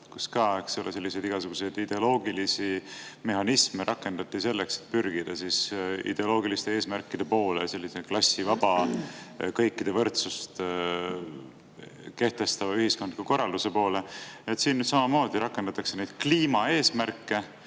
kus ka igasuguseid ideoloogilisi mehhanisme rakendati selleks, et pürgida ideoloogiliste eesmärkide poole, sellise klassivaba, kõikide võrdsust kehtestava ühiskonnakorralduse poole. Nüüd rakendatakse neid kliimaeesmärke